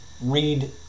read